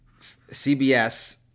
CBS